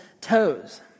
toes